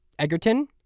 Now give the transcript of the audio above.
Egerton